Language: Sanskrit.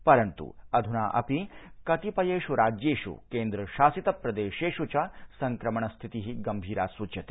पर न्तु अधुना अपि कतिपयेषु राज्येषु केन्द्र शासित प्रदेशोषु च संकमण स्थतिः गंभीरा सूच्यते